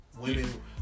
women